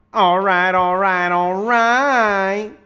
alright. alright. alright,